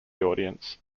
audience